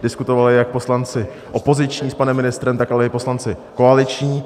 Diskutovali jak poslanci opoziční s panem ministrem, tak ale i poslanci koaliční.